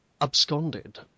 absconded